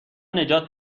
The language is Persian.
نجات